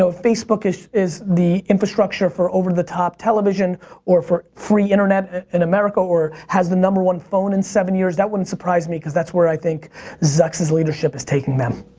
so facebook is is the infrastructure for over the top television or for free internet in america, or has the number one phone in seven years. that wouldn't surprise me, because that's where i think zuck's leadership is taking them.